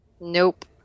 Nope